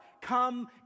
come